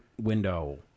window